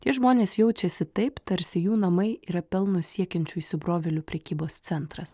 tie žmonės jaučiasi taip tarsi jų namai yra pelno siekiančių įsibrovėlių prekybos centras